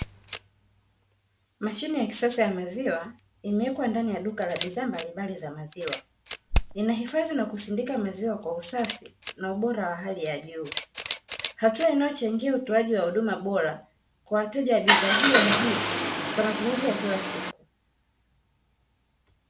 Mashine ya kisasa ya maziwa imewekwa ndani ya duka la bidhaa mbali mbali za maziwa, inahifadhi na kusindika maziwa kwa usafi na ubora wa hali ya juu. Hatua inayochangia utoaji wa huduma bora kwa wateja wa bidhaa hiyo muhimu kwa matumizi ya kila sikuu.